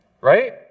right